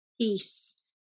peace